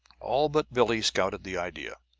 all but billie scouted the idea.